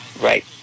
right